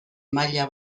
maila